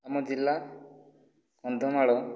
ଆମ ଜିଲ୍ଲା କନ୍ଧମାଳ